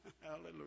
Hallelujah